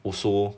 also